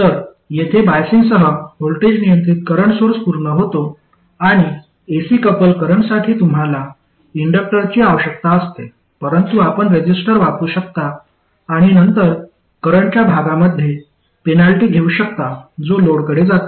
तर येथे बायसिंगसह वोल्टेज नियंत्रित करंट सोर्स पूर्ण होतो आणि एसी कपल करंटसाठी तुम्हाला इंडक्टरची आवश्यकता असते परंतु आपण रेझिस्टर वापरू शकता आणि नंतर करंटच्या भागामध्ये पेनल्टी घेऊ शकता जो लोडकडे जातो